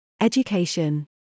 education